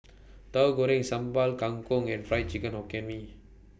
Tahu Goreng Sambal Kangkong and Fried Hokkien Mee